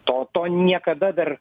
to to niekada dar